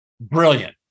Brilliant